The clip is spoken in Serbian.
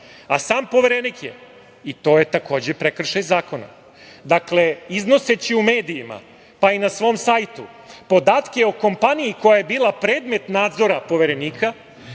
Poverenik je, i to je takođe prekršaj zakona, dakle, iznoseći u medijima, pa i na svom sajtu podatke o kompaniji koja je bila predmet nadzora Poverenika